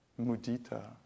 mudita